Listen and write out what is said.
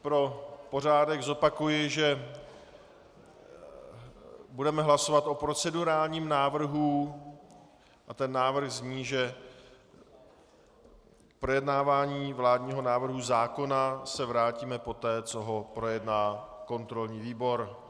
Pro pořádek zopakuji, že budeme hlasovat o procedurálním návrhu, a ten návrh zní, že k projednávání vládního návrhu zákona se vrátíme poté, co ho projedná kontrolní výbor.